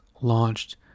launched